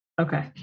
Okay